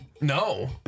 No